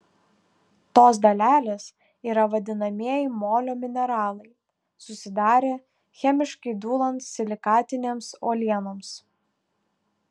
tos dalelės yra vadinamieji molio mineralai susidarę chemiškai dūlant silikatinėms uolienoms